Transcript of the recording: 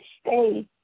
stay